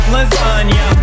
Lasagna